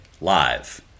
Live